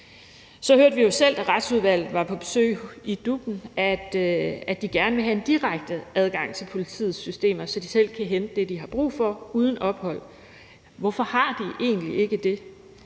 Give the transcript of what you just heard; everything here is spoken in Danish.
Vi hørte jo selv, da Retsudvalget var på besøg hos DUP, at de gerne vil have en direkte adgang til politiets systemer, så de selv kan hente det, de har brug for, uden ophold. Hvorfor har de egentlig ikke det?